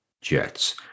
jets